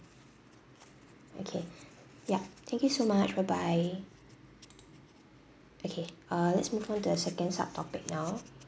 okay yup thank you so much bye bye okay uh let's move on the second subtopic now